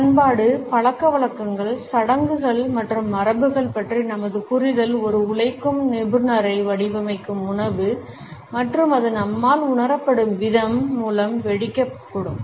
பண்பாடு பழக்கவழக்கங்கள் சடங்குகள் மற்றும் மரபுகள் பற்றிய நமது புரிதல் ஒரு உழைக்கும் நிபுணரை வடிவமைக்கும் உணவு மற்றும் அது நம்மால் உணரப்படும் விதம் மூலம் வெடிக்கக்கூடும்